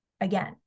again